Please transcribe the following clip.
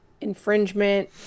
infringement